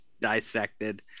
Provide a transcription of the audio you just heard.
Dissected